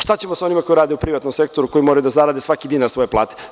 Šta ćemo sa onima koji rade u privatnom sektoru, koji moraju da zarade svaki dinar svoje plate?